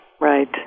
Right